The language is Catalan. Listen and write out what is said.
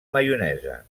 maionesa